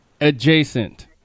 adjacent